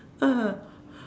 ah